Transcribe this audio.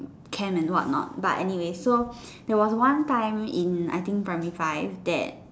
can and what not but anyways so there was one time in I think primary five that